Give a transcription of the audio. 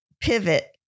pivot